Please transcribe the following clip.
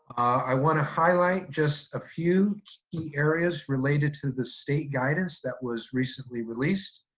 i wanna highlight just a few key areas related to the state guidance that was recently released.